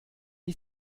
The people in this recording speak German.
ich